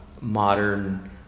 modern